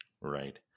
Right